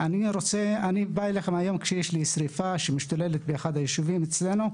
אני בא אליכם היום כשיש שריפה שמשתוללת באחד היישובים אצלנו,